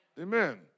Amen